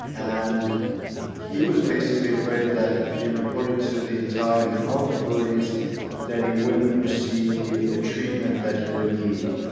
and he was basically afraid that if he reported to the italian health authorities that he wouldn't receive the treatment that he would need.